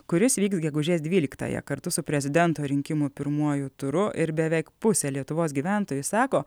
kuris vyks gegužės dvyliktąją kartu su prezidento rinkimų pirmuoju turu ir beveik pusė lietuvos gyventojų sako